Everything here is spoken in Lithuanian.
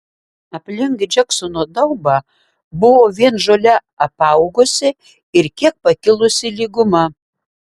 aplink džeksono daubą buvo vien žole apaugusi ir kiek pakilusi lyguma